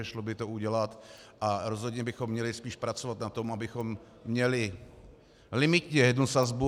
Šlo by to udělat a rozhodně bychom měli spíš pracovat na tom, abychom měli limitně jednu sazbu.